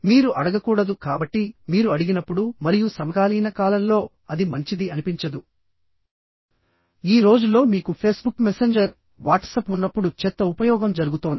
మీరు అడగకూడదు కాబట్టి మీరు అడిగినప్పుడు మరియు సమకాలీన కాలంలో అది మంచిది అనిపించదు ఈ రోజుల్లో మీకు ఫేస్బుక్ మెసెంజర్ వాట్సప్ ఉన్నప్పుడు చెత్త ఉపయోగం జరుగుతోంది